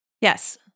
Yes